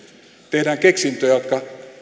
tehdään keksintöjä jotka